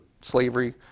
slavery